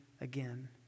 again